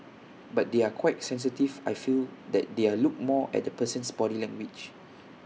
but they are quite sensitive I feel that they're look more at the person's body language